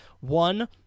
One